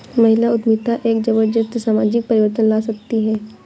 महिला उद्यमिता एक जबरदस्त सामाजिक परिवर्तन ला सकती है